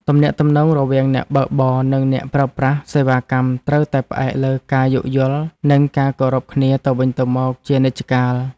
ទំនាក់ទំនងរវាងអ្នកបើកបរនិងអ្នកប្រើប្រាស់សេវាកម្មត្រូវតែផ្អែកលើការយោគយល់និងការគោរពគ្នាទៅវិញទៅមកជានិច្ចកាល។